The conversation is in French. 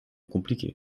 compliquer